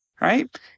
Right